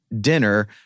dinner